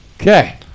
Okay